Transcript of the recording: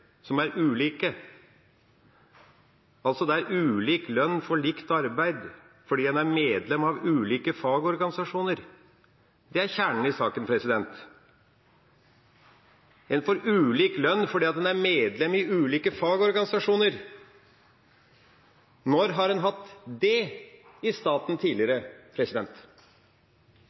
som er ulike. Altså – det er ulik lønn for likt arbeid fordi en er medlem av ulike fagorganisasjoner. Det er kjernen i saken: En får ulik lønn fordi en er medlem i ulike fagorganisasjoner! Når har en hatt det i staten tidligere?